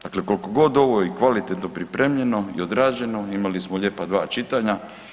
Dakle, koliko god ovo kvalitetno pripremljeno i odrađeno imali smo lijepa dva čitanja.